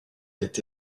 été